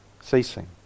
ceasing